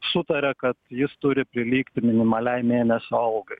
sutaria kad jis turi prilygti minimaliai mėnesio algai